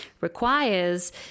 requires